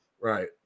Right